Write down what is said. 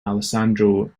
alessandro